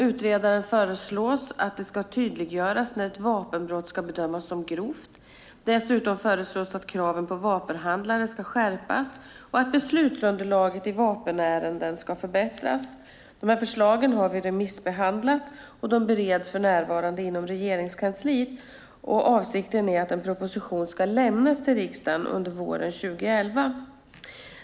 Utredaren föreslår att det tydliggörs när ett vapenbrott ska bedömas som grovt. Dessutom föreslås att kraven på vapenhandlare skärps och att beslutsunderlaget i vapenärenden förbättras. Förslagen har remissbehandlats och de bereds för närvarande inom Regeringskansliet. Avsikten är att en proposition ska lämnas till riksdagen under våren 2011.